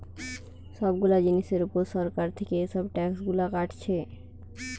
সব গুলা জিনিসের উপর সরকার থিকে এসব ট্যাক্স গুলা কাটছে